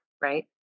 right